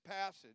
passage